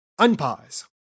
Unpause